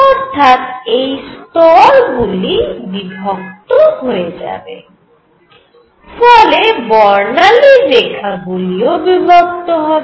অর্থাৎ এই স্তর গুলি বিভক্ত হয়ে যাবে ফলে বর্ণালীর রেখা গুলিও বিভক্ত হবে